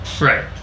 Right